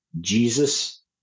Jesus